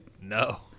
no